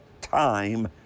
time